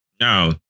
now